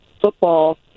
football